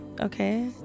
Okay